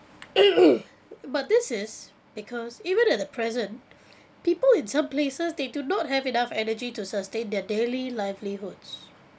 but this is because even at the present people in some places they do not have enough energy to sustain their daily livelihoods